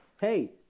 hey